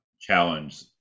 challenge